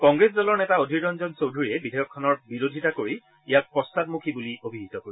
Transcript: কংগ্ৰেছ দলৰ নেতা অধীৰ ৰঞ্জন চৌধুৰীয়ে বিধেয়কখনৰ বিৰোধিতা কৰি ইয়াক পশ্চাদমুখী বুলি অভিহিত কৰে